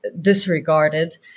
disregarded